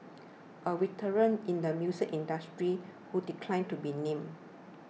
a veteran in the music industry who declined to be named